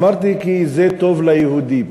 אמרתי, כי זה טוב ליהודים.